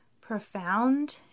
profound